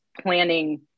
planning